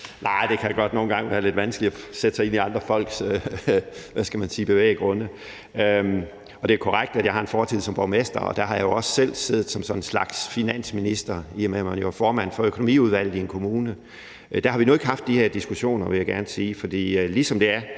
gange være lidt vanskeligt at sætte sig ind i andre folks – hvad skal man sige – bevæggrunde. Det er korrekt, at jeg har en fortid som borgmester, og der har jeg jo også selv siddet som sådan en slags finansminister, i og med at man jo er formand for økonomiudvalget i en kommune. Der har vi nu ikke haft de her diskussioner, vil jeg gerne sige. For ligesom det er